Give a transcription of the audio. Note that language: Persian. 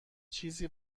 چیزی